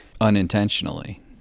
unintentionally